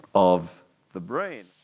of the brain?